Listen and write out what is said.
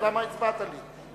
אז למה הצבעת לי?